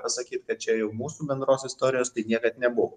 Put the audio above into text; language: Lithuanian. pasakykit kad čia jau mūsų bendros istorijos tai niekad nebuvo